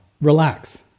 relax